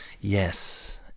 Yes